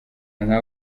nka